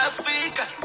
Africa